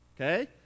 okay